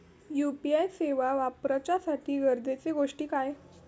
UPI सेवा वापराच्यासाठी गरजेचे गोष्टी काय?